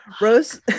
Rose